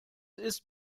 ist